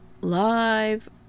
live